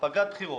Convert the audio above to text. בפגרת בחירות,